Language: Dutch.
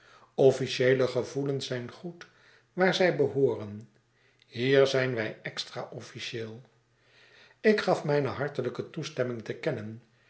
officieele gevoelens zijn goed waar zij behooren hier zijn wij extra officieel ik gaf mijne hartelijke toestemming te kennen